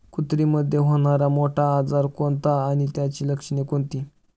कुत्रीमध्ये होणारा मोठा आजार कोणता आणि त्याची लक्षणे कोणती?